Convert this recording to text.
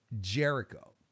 Jericho